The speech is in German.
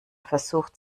versucht